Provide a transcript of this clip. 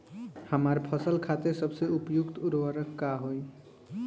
हमार फसल खातिर सबसे उपयुक्त उर्वरक का होई?